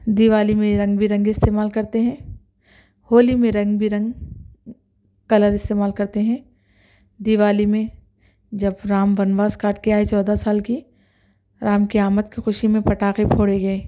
دیوالی میں رنگ برنگے استعمال کرتے ہیں ہولی میں رنگ برنگ کلر استعمال کرتے ہیں دیوالی میں جب رام ونواس کاٹ کے آئے چودہ سال کے رام کی آمد کا خوشی میں پٹاخے پھوڑے گئے